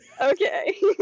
Okay